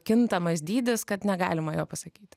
kintamas dydis kad negalima jo pasakyti